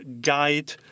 guide